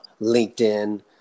LinkedIn